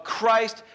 Christ